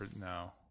No